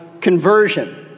conversion